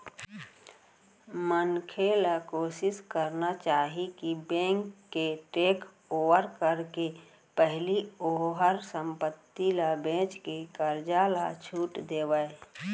मनखे ल कोसिस करना चाही कि बेंक के टेकओवर करे के पहिली ओहर संपत्ति ल बेचके करजा ल छुट देवय